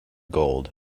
gold